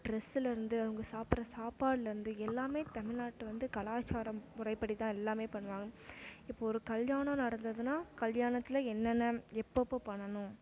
ட்ரெஸ்ஸுலேருந்து அவங்க சாப்பிடுற சாப்பாடுலேருந்து எல்லாமே தமிழ்நாட்டு வந்து கலாச்சாரம் முறைப்படி தான் எல்லாமே பண்ணுவாங்க இப்போது ஒரு கல்யாணம் நடந்ததுனால் கல்யாணத்தில் என்னென்ன எப்பப்போ பண்ணணும்